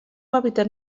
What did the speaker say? hàbitat